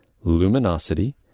luminosity